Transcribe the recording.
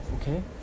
okay